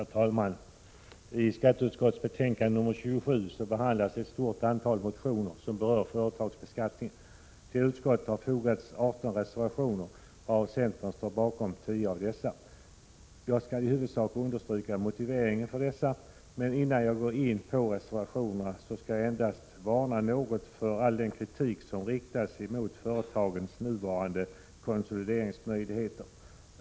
Herr talman! I skatteutskottets betänkande nr 27 behandlas ett stort antal motioner som berör företagsbeskattningen. Till betänkandet har fogats 18 reservationer, varav centern står bakom 10. Jag skall i huvudsak understryka motiveringen för dessa. Innan jag går in på reservationerna vill jag emellertid varna något för den kritik som riktas mot företagens nuvarande konsolideringsmöjligheter.